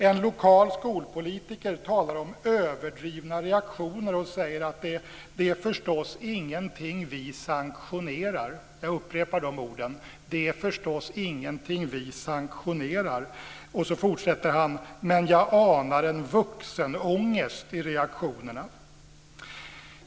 En lokal skolpolitiker talar om överdrivna reaktioner och säger: Det är förstås ingenting vi sanktionerar. Jag upprepar de orden: Det är förstås ingenting vi sanktionerar. Han fortsätter: Men jag anar en vuxenångest i reaktionerna.